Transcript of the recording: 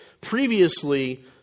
previously